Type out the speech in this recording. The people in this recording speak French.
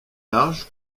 large